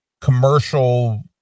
commercial